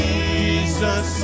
Jesus